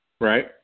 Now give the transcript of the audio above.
Right